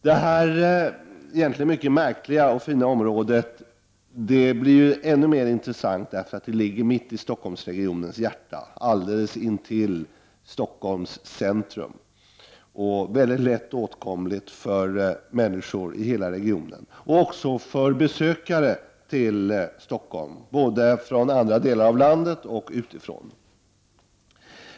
Detta mycket märkliga och fina område är ännu mer intressant, eftersom det ligger mitt i Stockholmsregionens hjärta alldeles intill Stockholms centrum. Det är mycket lätt åtkomligt för människor i hela regionen och också för dem som besöker Stockholm, både från andra delar av landet och från utlandet.